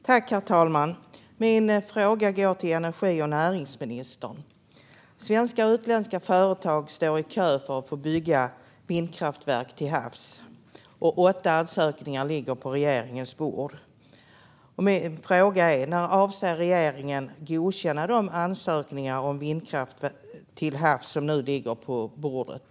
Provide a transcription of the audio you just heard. Herr talman! Min fråga går till energi och näringsministern. Svenska och utländska företag står i kö för att få bygga vindkraftverk till havs, och åtta ansökningar ligger på regeringens bord. När avser regeringen att godkänna de ansökningar om vindkraft till havs som nu ligger på bordet?